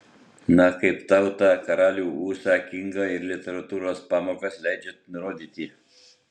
na kaip tau tą karalių ūbą kingą literatūros pamokas leidžia rodyti